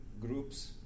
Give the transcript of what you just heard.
groups